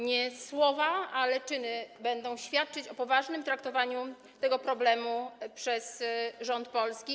Nie słowa, ale czyny będą świadczyć o poważnym traktowaniu tego problemu przez rząd polski.